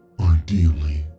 Ideally